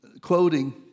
quoting